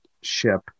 ship